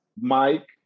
Mike